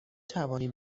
توانی